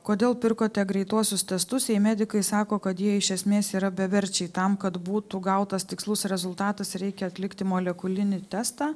kodėl pirkote greituosius testus jai medikai sako kad jie iš esmės yra beverčiai tam kad būtų gautas tikslus rezultatas reikia atlikti molekulinį testą